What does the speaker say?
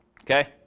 Okay